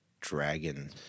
dragon